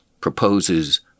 proposes